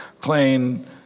plain